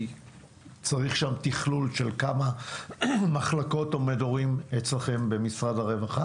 כי צריך שם תכלול של כמה מחלקות ומדורים אצלכם במשרד הרווחה